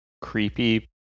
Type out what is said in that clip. creepy